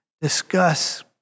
discuss